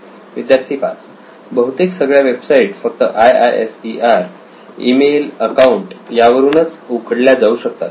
विद्यार्थी 5 बहुतेक सगळ्या वेबसाईट फक्त IISER ई मेल अकाऊंट वापरून उघडल्या जाऊ शकतात